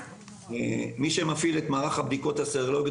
מי שמפעיל את מערך הבדיקות הסרולוגיות